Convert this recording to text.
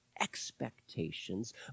expectations